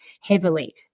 heavily